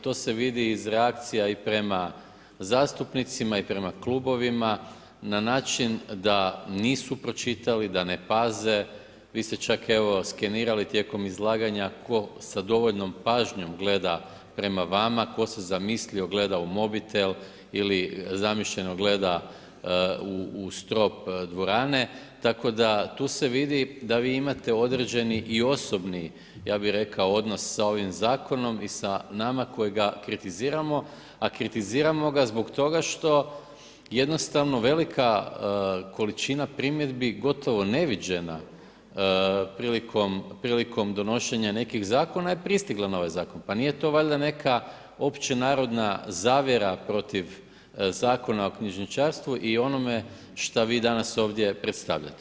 To se vidi iz reakcija i prema zastupnicima i prema klubovima na način da nisu pročitali, da ne paze, vi ste čak evo, skenirali tijekom izlaganja tko sa dovoljnom pažnjom gleda prema vama, tko se zamislio, gleda u mobitel ili zamišljeno gleda u strop dvorane tako da tu se vidi da vi imate određeni i osobni ja bi rekao odnos sa ovim zakonom i sa nama koji ga kritiziramo a kritiziramo ga zbog toga što jednostavno velika količina primjedbi gotovo neviđena prilikom donošenja nekih zakona je pristigla na ovaj zakon, pa nije to valjda neka općenarodna zavjera protiv Zakona o knjižničarstvu i onome šta vi danas ovdje predstavljate.